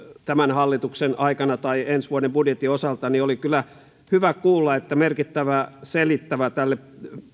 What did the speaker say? tämän hallituksen aikana tai ensi vuoden budjetin osalta niin oli kyllä hyvä kuulla että merkittävä selittäjä tälle